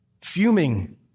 fuming